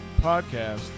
podcast